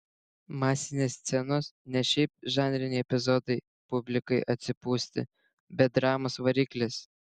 masinės scenos ne šiaip žanriniai epizodai publikai atsipūsti bet dramos variklis